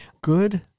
good